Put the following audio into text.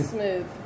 Smooth